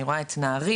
אני רואה את נהרייה,